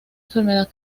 enfermedad